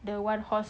the one horse